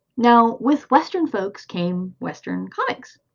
now with western folks came western comics.